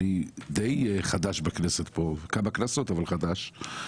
אני די חדש בכנסת פה כמה כנסות, אבל חדש.